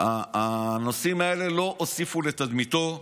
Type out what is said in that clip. הנושאים האלה לא הוסיפו לתדמיתו.